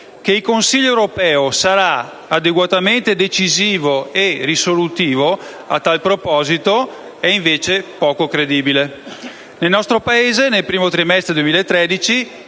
Che il Consiglio europeo sarà adeguatamente decisivo e risolutivo a tal proposito è invece poco credibile. Nel nostro Paese, nel primo trimestre del 2013,